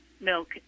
milk